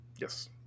Yes